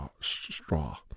straw